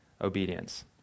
obedience